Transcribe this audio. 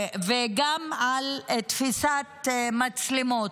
וגם על תפיסת מצלמות.